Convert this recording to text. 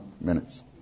minutes